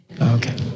Okay